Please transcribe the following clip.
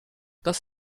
das